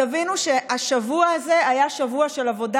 תבינו שהשבוע הזה היה שבוע של עבודה